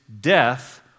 death